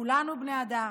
כולנו בני אדם.